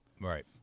Right